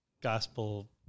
gospel